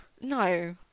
no